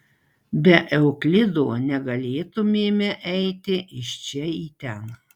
be euklido negalėtumėme eiti iš čia į ten